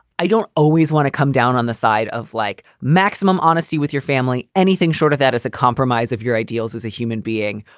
i don't always want to come down on the side of like maximum honesty with your family. anything short of that is a compromise of your ideals as a human being.